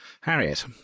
Harriet